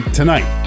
tonight